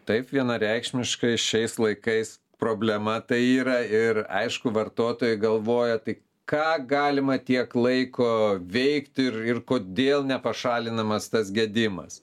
taip vienareikšmiškai šiais laikais problema tai yra ir aišku vartotojai galvoja tai ką galima tiek laiko veikti ir ir kodėl nepašalinamas tas gedimas